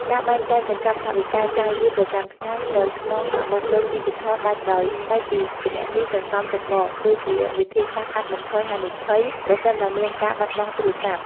ការបែងចែកកញ្ចប់ថវិកាចាយវាយប្រចាំថ្ងៃទៅក្នុងកាបូបលុយឌីជីថលដាច់ដោយឡែកពីគណនីសន្សំចម្បង គឺជាវិធីសាស្ត្រកាត់បន្ថយហានិភ័យប្រសិនបើមានការបាត់បង់ទូរស័ព្ទ។